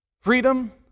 Freedom